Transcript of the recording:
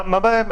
מה הבעיה?